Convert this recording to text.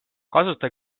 kasuta